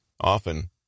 Often